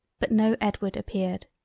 but no edward appeared.